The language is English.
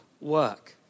work